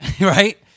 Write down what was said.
Right